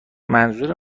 منظور